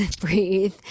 breathe